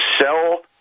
sell